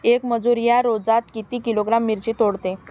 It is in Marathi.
येक मजूर या रोजात किती किलोग्रॅम मिरची तोडते?